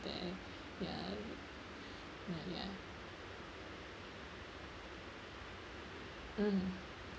there ya ya mm